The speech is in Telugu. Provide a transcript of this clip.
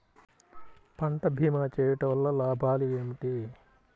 పంట భీమా చేయుటవల్ల లాభాలు ఏమిటి?